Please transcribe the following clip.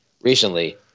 recently